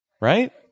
Right